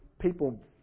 people